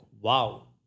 wow